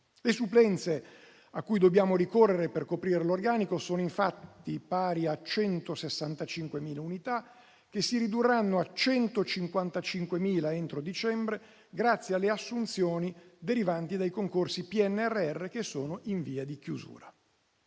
Le supplenze cui dobbiamo ricorrere per coprire l'organico sono infatti pari a 165.000 unità, che si ridurranno a 155.000 entro dicembre grazie alle assunzioni derivanti dai concorsi PNRR che sono in via di chiusura.